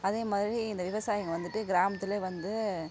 அதே மாதிரி இந்த விவசாயிங்கள் வந்துட்டு கிராமத்திலே வந்து